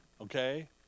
Okay